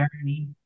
journey